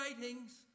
writings